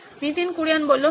নীতিন কুরিয়ান হ্যাঁ